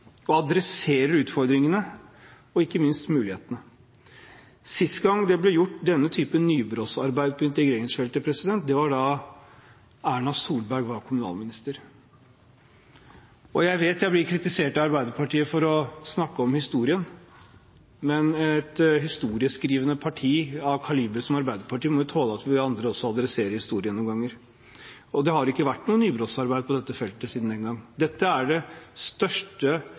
tak i utfordringene og ikke minst i mulighetene. Sist denne typen nybrottsarbeid ble gjort på integreringsfeltet, var da Erna Solberg var kommunalminister. Jeg vet jeg blir kritisert av Arbeiderpartiet for å snakke om historien, men et historieskrivende parti av Arbeiderpartiets kaliber må jo tåle at vi andre også viser til historien noen ganger. Det har ikke vært noe nybrottsarbeid på dette feltet siden den gang. Dette er det største